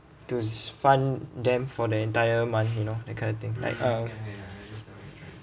to fund them for the entire month you know that kind of thing like uh